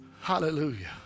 Hallelujah